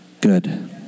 Good